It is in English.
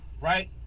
right